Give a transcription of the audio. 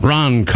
Ron